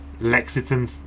Lexington